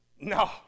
No